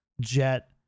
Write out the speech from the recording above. jet